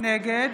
נגד